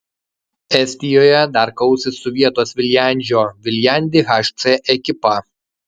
estijoje dar kausis su vietos viljandžio viljandi hc ekipa